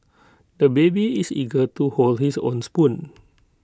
the baby is eager to hold his own spoon